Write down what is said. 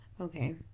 Okay